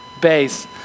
bass